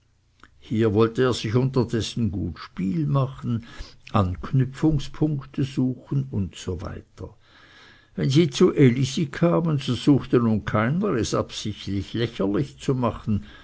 hier wollte er sich unterdessen gut spiel machen anknüpfungspunkte suchen usw wenn sie zu elisi kamen so suchte nun keiner es absichtlich lächerlich zu machen